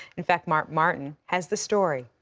in fact, mark martin has the story.